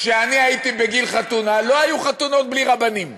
כשאני הייתי בגיל חתונה, לא היו חתונות בלי רבנים,